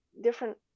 different